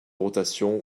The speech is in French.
rotation